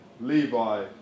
Levi